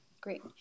great